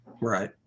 Right